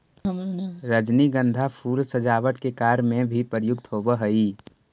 रजनीगंधा फूल सजावट के कार्य में भी प्रयुक्त होवऽ हइ